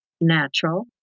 Natural